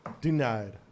denied